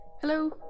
Hello